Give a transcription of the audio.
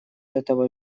этого